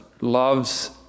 loves